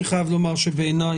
אני חייב לומר שבעיניי